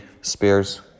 Spears